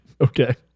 okay